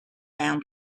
round